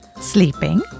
sleeping